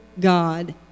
God